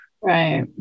Right